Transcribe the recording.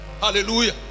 Hallelujah